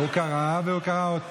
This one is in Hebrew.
הוא קרא, והוא קרא עוד פעם.